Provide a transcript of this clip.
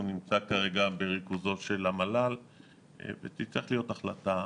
כרגע הוא בריכוזו של המל"ל ותצטרך להיות החלטה.